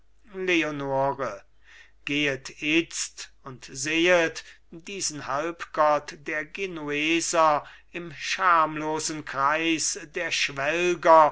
gehet itzt und sehet diesen halbgott der genueser im schamlosen kreis der schwelger